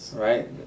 Right